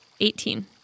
Eighteen